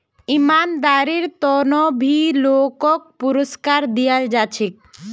ईमानदारीर त न भी लोगक पुरुस्कार दयाल जा छेक